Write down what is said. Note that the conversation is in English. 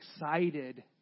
excited